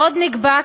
עוד נקבע,